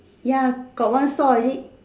ya got one saw you see